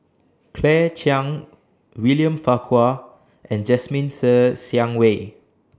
Claire Chiang William Farquhar and Jasmine Ser Xiang Wei